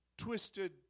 twisted